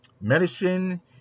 medicine